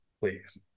please